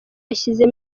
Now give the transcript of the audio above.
yashyize